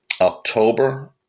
October